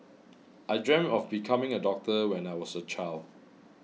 I dreamt of becoming a doctor when I was a child